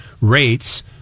rates